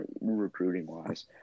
recruiting-wise